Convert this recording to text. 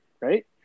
right